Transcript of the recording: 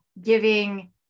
giving